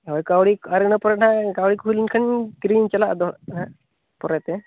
ᱦᱳᱭ ᱠᱟᱹᱣᱰᱤ ᱤᱱᱟᱹ ᱯᱚᱨᱮ ᱱᱟᱦᱟᱜ ᱠᱟᱹᱣᱰᱤ ᱠᱚ ᱦᱩᱭᱞᱮᱱ ᱠᱷᱟᱱ ᱠᱤᱨᱤᱧ ᱤᱧ ᱪᱟᱞᱟᱜᱼᱟ ᱟᱫᱚ ᱱᱟᱦᱟᱜ ᱯᱚᱨᱮ ᱛᱮ